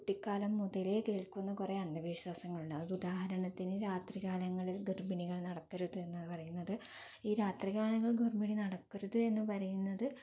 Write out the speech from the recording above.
കുട്ടിക്കാലം മുതലേ കേൾക്കുന്ന കുറെ അന്ധവിശ്വാസങ്ങൾ ഉണ്ട് അത് ഉദാഹരണത്തിന് രാത്രികാലങ്ങളില് ഗർഭിണികൾ നടക്കരുതെന്ന് പറയുന്നത് ഈ രാത്രി കാലങ്ങളിൽ എന്ന പറയുമ്പോൾ നടക്കരുത് എന്ന് പറയുന്നത്